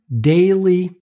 daily